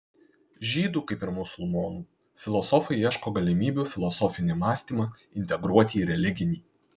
žydų kaip ir musulmonų filosofai ieško galimybių filosofinį mąstymą integruoti į religinį